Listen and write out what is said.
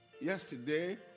yesterday